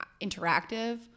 interactive